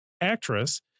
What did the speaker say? actress